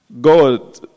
God